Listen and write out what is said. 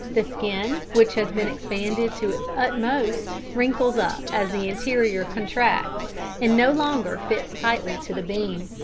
the skin, which has been expanded to its utmost, wrinkles up as the interior contracts and no longer fits tightly to the bean,